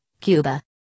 Cuba